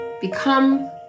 become